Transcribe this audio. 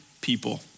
people